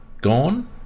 gone